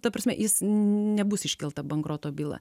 ta prasme jis nebus iškelta bankroto byla